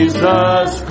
Jesus